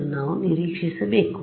ನ್ನು ನಾವು ನಿರೀಕ್ಷಿಸಬೇಕು